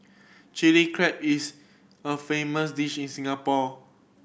Chilli Crab is a famous dish in Singapore